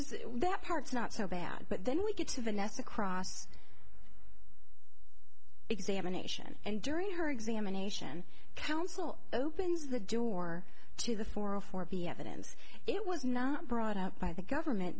is that part's not so bad but then we get to the next across examination and during her examination counsel opens the door to the forum for be evidence it was not brought up by the government